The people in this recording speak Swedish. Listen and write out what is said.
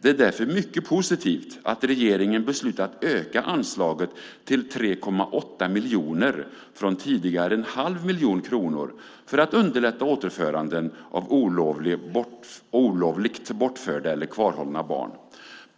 Det är därför mycket positivt att regeringen beslutat att öka anslaget till 3,8 miljoner från tidigare 1⁄2 miljon kronor för att underlätta återföranden av olovligt bortförda eller kvarhållna barn.